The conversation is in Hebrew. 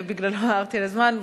ובגללו הערתי על הזמן,